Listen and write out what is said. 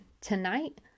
Tonight